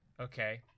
Okay